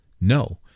No